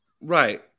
Right